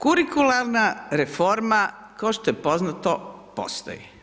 Kurikularna reforma kao što je poznato postoji.